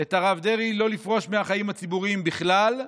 את הרב דרעי לפרוש מהחיים הציבוריים בכלל,